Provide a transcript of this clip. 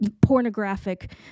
pornographic